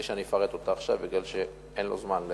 בלי שאני אפרט אותה עכשיו, כי אין לו זמן,